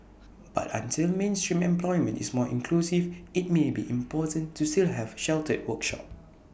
but until mainstream employment is more inclusive IT may be important to still have sheltered workshop